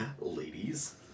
ladies